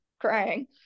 crying